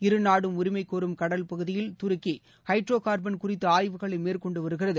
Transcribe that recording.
இரு நாடும் உரிமை கோரும் கடல் பகுதியில் துருக்கி ஹைட்ரோ கார்பன் குறித்த ஆய்வுகளை மேற்கொண்டு வருகிறது